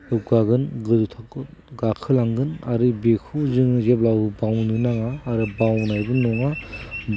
जौगानो गोजौ थाखोआव गाखोलांगोन आरो बेखौबो जोङो जेब्लाबो बावनो नाङा आरो बावनायबो नङा